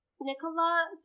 Nicola